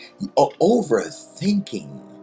Overthinking